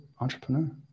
entrepreneur